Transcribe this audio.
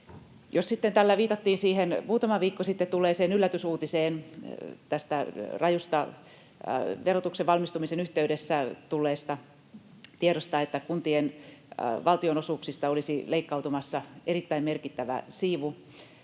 muutama viikko sitten tulleeseen yllätysuutiseen tästä rajusta verotuksen valmistumisen yhteydessä tulleesta tiedosta, että kuntien valtionosuuksista olisi leikkautumassa erittäin merkittävä siivu,